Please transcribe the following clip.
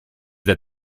that